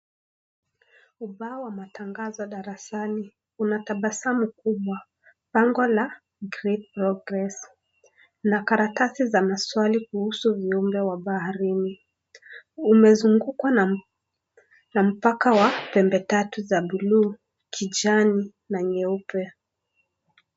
Ubao wa matangazo darasani, una tabasamu kubwa, bango la great progress na karatasi za maswali kuhusu viumbe wa baharini, umezungukwa na mpaka wa pembe tatu za bluu, kijani na nyeupe.